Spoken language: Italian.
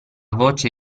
voce